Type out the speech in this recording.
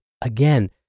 again